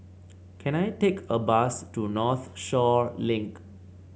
can I take a bus to Northshore Link